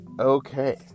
okay